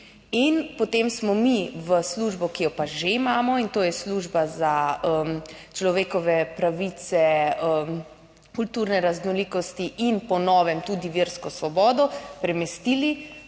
In potem smo mi v službo, ki jo pa že imamo, in to je Služba za človekove pravice, kulturne raznolikosti in po novem tudi versko svobodo premestili